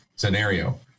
Scenario